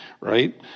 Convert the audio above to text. right